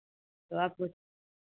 तो आपको